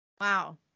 Wow